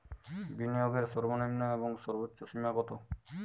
বিনিয়োগের সর্বনিম্ন এবং সর্বোচ্চ সীমা কত?